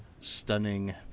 stunning